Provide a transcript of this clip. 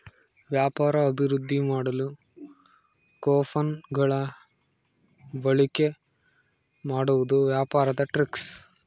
ವ್ಯಾಪಾರ ಅಭಿವೃದ್ದಿ ಮಾಡಲು ಕೊಪನ್ ಗಳ ಬಳಿಕೆ ಮಾಡುವುದು ವ್ಯಾಪಾರದ ಟ್ರಿಕ್ಸ್